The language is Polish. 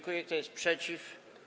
Kto jest przeciw?